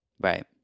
right